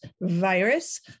virus